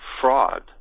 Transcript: fraud